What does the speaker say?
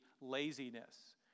laziness